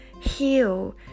heal